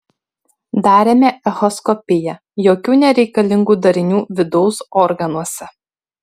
darėme echoskopiją jokių nereikalingų darinių vidaus organuose